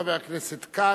חבר הכנסת כץ,